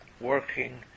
working